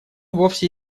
вовсе